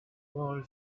fall